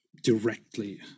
directly